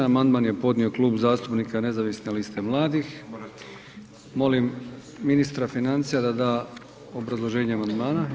Amandman je podnio Klub zastupnika Nezavisne liste mladih, molim ministra financija da obrazloženje amandmana.